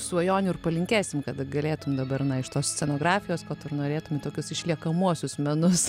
svajonių ir palinkėsim kad galėtum dabar na iš tos scenografijos ko tu ir norėtum tokius išliekamuosius menus